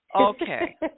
okay